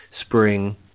spring